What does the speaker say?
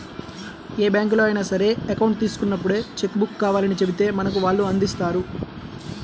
ఏ బ్యాంకులో అయినా సరే అకౌంట్ తీసుకున్నప్పుడే చెక్కు బుక్కు కావాలని చెబితే మనకు వాళ్ళు అందిస్తారు